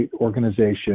organization